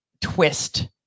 twist